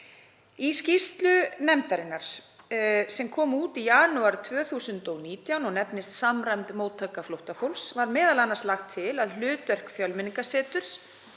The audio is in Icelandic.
Í skýrslu nefndarinnar, sem kom út í janúar 2019 og nefnist Samræmd móttaka flóttafólks, var m.a. lagt til að hlutverk Fjölmenningarseturs